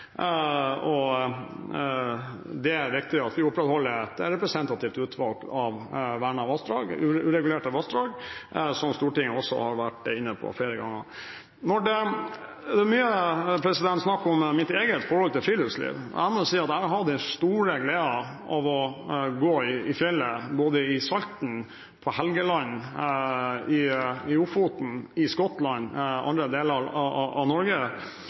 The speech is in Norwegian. Det er riktig at vi opprettholder et representativt utvalg av vernede vassdrag, uregulerte vassdrag, som Stortinget også har vært inne på flere ganger. Det er mye snakk om mitt eget forhold til friluftsliv. Jeg må si at jeg har hatt den store glede å gå i fjellet både i Salten, på Helgeland, i Ofoten, i andre deler av Norge og i Skottland, og jeg må jo si at min opplevelse av naturen blir ikke nødvendigvis svekket av